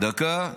דקה, דקה.